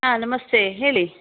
ಹಾಂ ನಮಸ್ತೆ ಹೇಳಿ